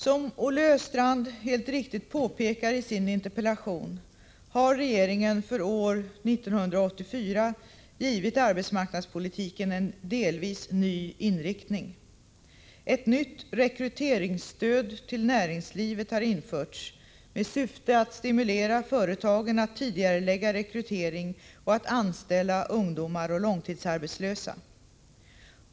Som Olle Östrand helt riktigt påpekar i sin interpellation har regeringen för år 1984 givit arbetsmarknadspolitiken en delvis ny inriktning. Ett nytt rekryteringsstöd till näringslivet har införts med syfte att stimulera företagen att tidigarelägga rekrytering och att anställa ungdomar och långtidsarbetslösa.